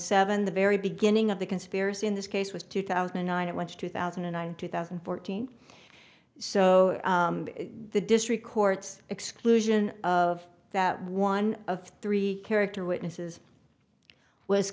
seven the very beginning of the conspiracy in this case was two thousand and nine it went to two thousand and nine two thousand and fourteen so the district court's exclusion of that one of three character witnesses was